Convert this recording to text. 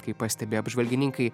kaip pastebi apžvalgininkai